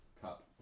cup